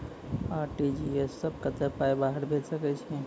RTGS सअ कतबा पाय बाहर भेज सकैत छी?